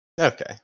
Okay